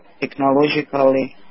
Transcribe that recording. technologically